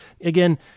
Again